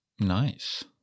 Nice